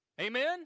Amen